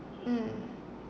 mm